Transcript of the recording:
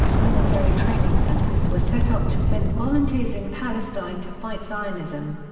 military training centers were set up to send volunteers in palestine to fight zionism.